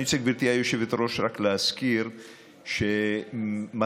אני רוצה, גברתי היושבת-ראש, להזכיר שמחזירים